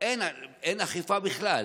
אין אכיפה בכלל.